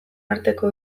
arteko